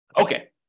Okay